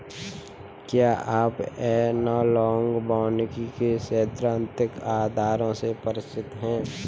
क्या आप एनालॉग वानिकी के सैद्धांतिक आधारों से परिचित हैं?